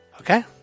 okay